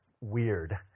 weird